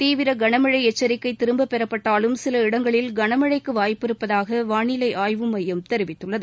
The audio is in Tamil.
தீவிர கனமழை எச்சரிக்கை திரும்பப் பெறப்பட்டாலும் சில இடங்களில் கனமழைக்கு வாய்ப்பு இருப்பதாக வானிலை ஆய்வு மையம் தெரிவித்துள்ளது